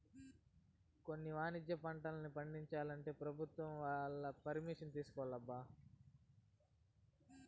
కొన్ని వాణిజ్య పంటల్ని పండించాలంటే పెభుత్వం వాళ్ళ పరిమిషన్ తీసుకోవాలబ్బా